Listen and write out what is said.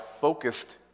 focused